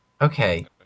okay